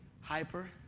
hyper